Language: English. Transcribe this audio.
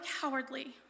cowardly